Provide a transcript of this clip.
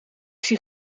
zie